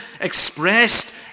expressed